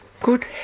Good